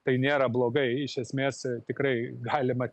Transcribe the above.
tai nėra blogai iš esmės tikrai galima